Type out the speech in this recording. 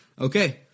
Okay